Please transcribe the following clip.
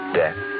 death